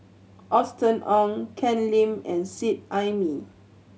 Austen Ong Ken Lim and Seet Ai Mee